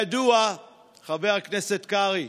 חבר הכנסת קרעי,